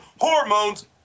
hormones